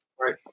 Right